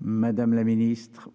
La parole